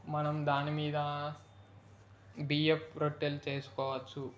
మనం దానిమీద బియ్యపు రొట్టెలు చేసుకోవచ్చు